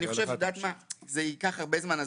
אני חושב שזה ייקח הרבה זמן.